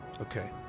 Okay